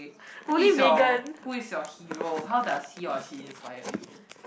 who is your who is your hero how does he or she inspire you